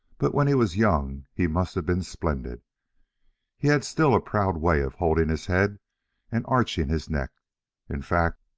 but when he was young he must have been splendid he had still a proud way of holding his head and arching his neck in fact,